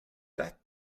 that